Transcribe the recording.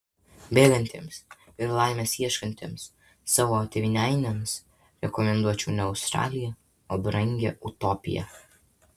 bėgantiems ir laimės ieškantiems savo tėvynainiams rekomenduočiau ne australiją o brangią utopiją